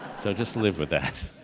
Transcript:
so just live with that,